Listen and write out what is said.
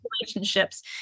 relationships